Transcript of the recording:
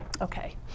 Okay